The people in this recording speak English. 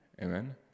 Amen